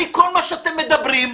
כל מה שאתם מדברים,